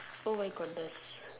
oh my goodness